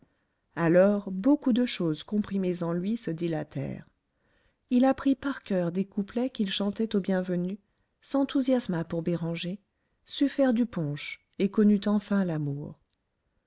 alors beaucoup de choses comprimées en lui se dilatèrent il apprit par coeur des couplets qu'il chantait aux bienvenues s'enthousiasma pour béranger sut faire du punch et connut enfin l'amour